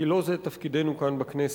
כי לא זה תפקידנו כאן בכנסת.